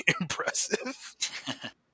impressive